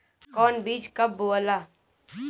कौन बीज कब बोआला?